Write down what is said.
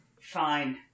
fine